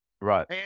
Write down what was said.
Right